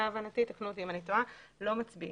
להבנתי תקנו אותי אם אני טועה לא מצביעים.